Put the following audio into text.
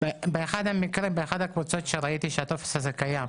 באחד הקבוצות שראיתי שהטופס הזה קיים,